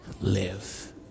live